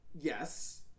Yes